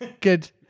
good